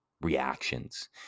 reactions